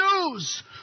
news